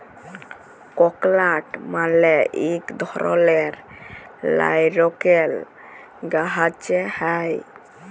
ককলাট মালে ইক ধরলের লাইরকেল গাহাচে হ্যয়